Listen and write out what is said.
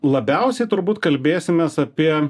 labiausia turbūt kalbėsimės apie